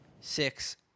six